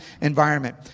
environment